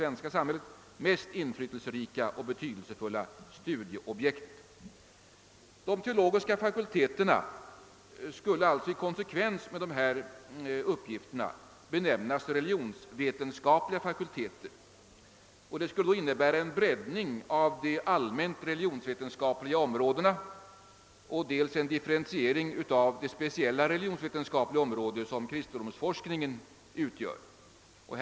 svenska samhället mest inflytelserika och betydelsefulla studieobjektet. ; De teologiska fakulteterna skulle allt-, så i konsekvens med dessa uppgifter benämnas religionsvetenskapliga fakulteter och det skulle innebära en bredd-. ning av de allmänt religionsvetenskapliga områdena och en differentiering av. det speciella religionsvetenskapliga område som kristendomsforskningen ut-; gör.